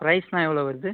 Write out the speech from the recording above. ப்ரைஸ்லாம் எவ்வளோ வருது